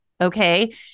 Okay